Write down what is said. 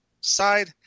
side